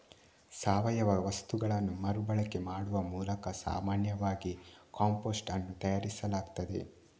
ಸಾವಯವ ವಸ್ತುಗಳನ್ನ ಮರು ಬಳಕೆ ಮಾಡುವ ಮೂಲಕ ಸಾಮಾನ್ಯವಾಗಿ ಕಾಂಪೋಸ್ಟ್ ಅನ್ನು ತಯಾರಿಸಲಾಗ್ತದೆ